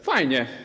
Fajnie.